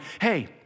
hey